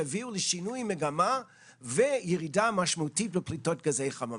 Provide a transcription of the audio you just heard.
שהביאו לשינוי מגמה ולירידה משמעותית בפליטות גזי חממה.